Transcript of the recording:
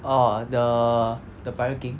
oh the pirate king